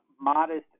modest